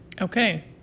Okay